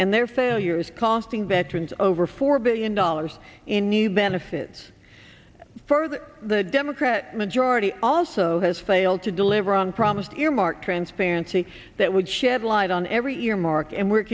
and their failures costing veterans over four billion dollars in new benefits further the democrat majority also has failed to deliver on promised earmark transparency that would shed light on every earmark and w